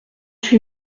huit